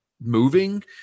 moving